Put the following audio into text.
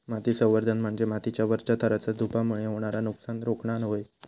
माती संवर्धन म्हणजे मातीच्या वरच्या थराचा धूपामुळे होणारा नुकसान रोखणा होय